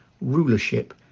rulership